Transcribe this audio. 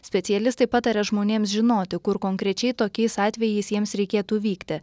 specialistai pataria žmonėms žinoti kur konkrečiai tokiais atvejais jiems reikėtų vykti